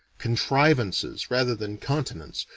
contrivances, rather than continence,